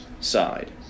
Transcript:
side